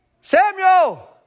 Samuel